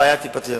הבעיה תיפתר.